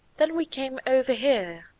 then we came over here,